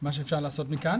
מה שאפשר לעשות מכאן,